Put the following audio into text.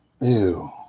Ew